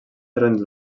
terrenys